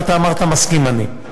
ואתה אמרת: מסכים אני.